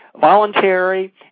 voluntary